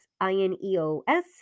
I-N-E-O-S